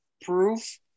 proof